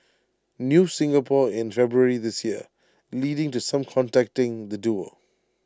news Singapore in February this year leading to some contacting the duo